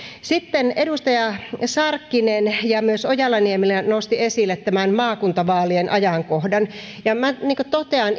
sitten edustaja sarkkinen ja ja myös ojala niemelä nostivat esille tämän maakuntavaalien ajankohdan minä totean